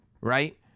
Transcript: right